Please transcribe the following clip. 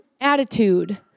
attitude